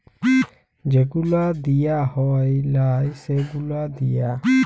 যে গুলা দিঁয়া হ্যয় লায় সে গুলা দিঁয়া